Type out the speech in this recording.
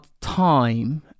time